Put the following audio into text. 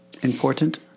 important